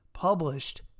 published